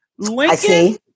Lincoln